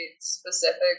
specific